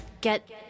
get